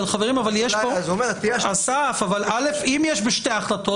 --- אם יש בשתי ההחלטות,